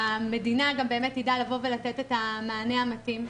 ושהמדינה באמת גם תדע לבוא ולתת את המענה המתאים.